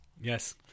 Yes